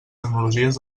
tecnologies